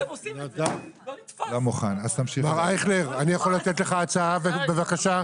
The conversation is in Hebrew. מר אייכלר, אני יכול לתת לך הצעה, בבקשה?